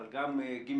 אבל גם ג',